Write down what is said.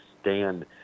stand